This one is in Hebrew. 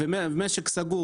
לבין מי שיש לו משק סגור,